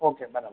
okay બરાબર